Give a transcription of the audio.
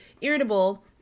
irritable